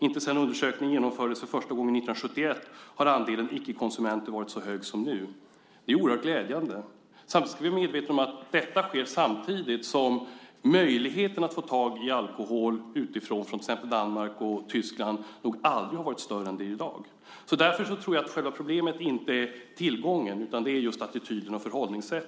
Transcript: Inte sedan undersökningen genomfördes för första gången 1971 har andelen icke-konsumenter varit så hög som nu. Det är oerhört glädjande. På samma gång ska vi vara medvetna om att detta sker samtidigt som möjligheten att få tag i alkohol utifrån, till exempel från Danmark eller Tyskland, nog aldrig har varit större än i dag. Därför tror jag att själva problemet inte är tillgången utan just attityder och förhållningssätt.